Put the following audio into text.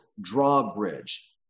drawbridge